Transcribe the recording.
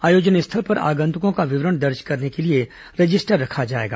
आयोजन स्थल पर आगंतुकों का विवरण दर्ज करने के लिए रजिस्टर रखा जाएगा